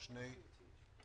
או שני נושאים: